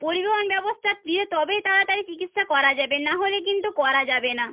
পরিবহণ ব্যবস্থা দিলে তবেই তাড়াতাড়ি চিকিৎসা করা যাবে না হলে কিন্তু করা যাবে না